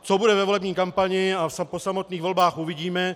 Co bude ve volební kampani a po samotných volbách, uvidíme.